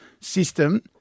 system